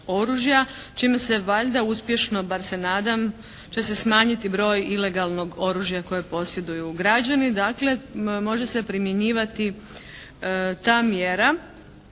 čime se valjda uspješno bar se nadam će se smanjiti broj ilegalnog oružja kojeg posjeduju građani. Dakle može se primjenjivati ta mjera